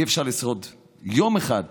אי-אפשר לשרוד יום אחד